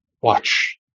watch